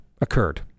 occurred